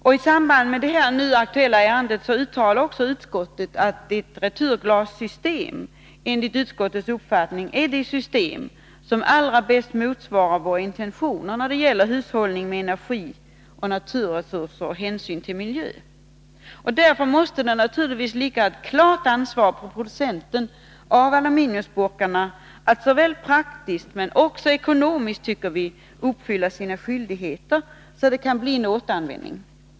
I samband med det nu aktuella ärendet uttalar utskottet att ett returglassystem enligt utskottets uppfattning är det system som allra bäst motsvarar våra intentioner när det gäller hushållning med energi och naturresurser samt hänsynen till miljön. Därför måste det enligt vår uppfattning ligga ett klart ansvar på den som producerar aluminiumburkar att såväl praktiskt som ekonomiskt uppfylla sina skyldigheter, så att det kan bli en återanvändning.